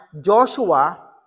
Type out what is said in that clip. Joshua